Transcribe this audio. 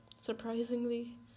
Surprisingly